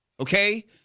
okay